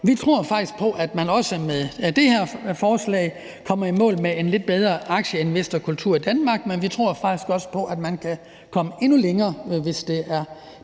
vi tror faktisk på, at man også med det her forslag kommer i mål med en lidt bedre aktieinvestorkultur i Danmark, men vi tror faktisk også på, at man kan komme endnu længere, hvis det er